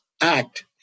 Act